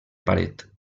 paret